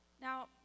Now